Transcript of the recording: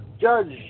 judge